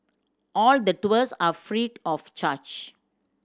all the tours are free of charge